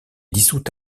dissoute